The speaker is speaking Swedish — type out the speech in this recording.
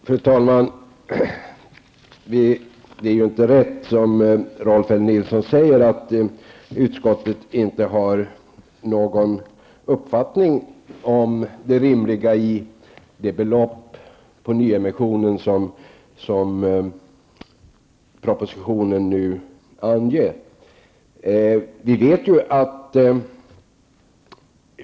Fru talman! Det är inte riktigt som Rolf L Nilson säger att utskottet inte har någon uppfattning om det rimliga i det belopp på nyemissionen som propositionen nu anger.